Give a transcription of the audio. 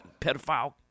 pedophile